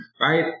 Right